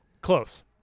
Close